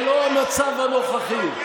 לא כמו המצב הנוכחי.